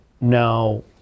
Now